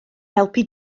helpu